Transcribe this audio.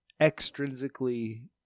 extrinsically